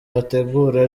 ategura